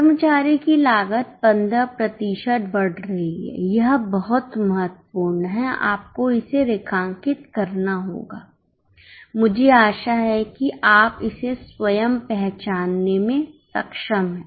कर्मचारी की लागत 15 प्रतिशत बढ़ रही है यह बहुत महत्वपूर्ण है आपको इसे रेखांकित करना होगा मुझे आशा है कि आप इसे स्वयं पहचानने में सक्षम हैं